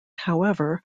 however